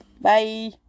Bye